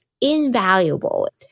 invaluable